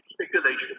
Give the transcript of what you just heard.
speculation